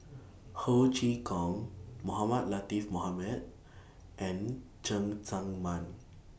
Ho Chee Kong Mohamed Latiff Mohamed and Cheng Tsang Man